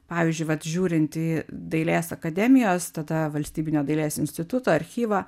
pavyzdžiui vat žiūrinti į dailės akademijos tada valstybinio dailės instituto archyvą